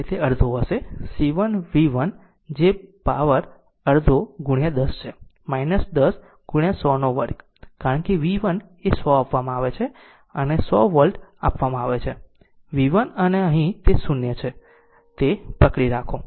તેથી આ એક માટે તે અડધો હશે C 1 v 1 2 જે પાવરનો અર્ધ 10 છે 6 100 2 કારણ કે v 1 એ 100 આપવામાં આવે છે અને અહીં તે 100 વોલ્ટ આપવામાં આવે છે કે v 1 અને અહીં તે 0 છે તેથી આ પકડી રાખો